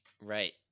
Right